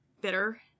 bitter